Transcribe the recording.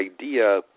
idea